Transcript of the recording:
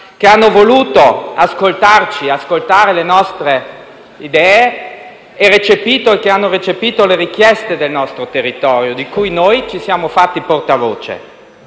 che hanno voluto ascoltare le nostre idee e che hanno recepito le richieste del nostro territorio, di cui noi ci siamo fatti portavoce.